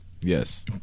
Yes